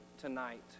tonight